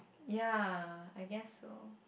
ya I guess so